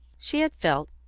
she had felt,